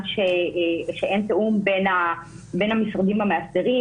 שאין תיאום בין המשרדים המאסדרים,